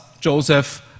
Joseph